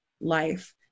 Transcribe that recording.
life